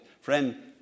Friend